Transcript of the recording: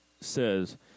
says